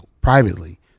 privately